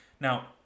Now